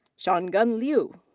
shangen lyu.